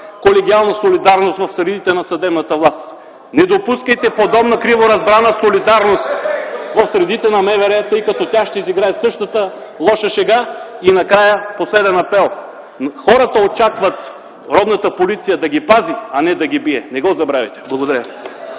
колегиална солидарност в средите на съдебната власт. Не допускайте подобна криворазбрана солидарност в средите на МВР, тъй като тя ще изиграе същата лоша шега. И накрая, последен апел – хората очакват родната Полиция да ги пази, а не да ги бие. Не го забравяйте. Благодаря